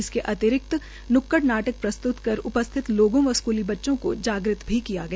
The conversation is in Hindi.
इसके अतिरिक्त नुक्कड़ नाटक प्रस्तुत करके उपस्थित लोगों व बच्चों को जाग़त किया गया